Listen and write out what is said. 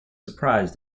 surprise